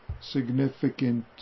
Significant